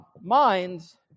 minds